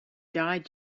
died